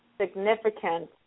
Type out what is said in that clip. significant